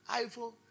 iPhone